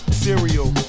cereal